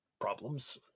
problems